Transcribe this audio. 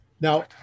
Now